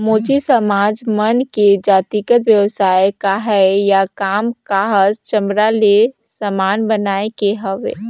मोची समाज मन के जातिगत बेवसाय काहय या काम काहस चमड़ा ले समान बनाए के हवे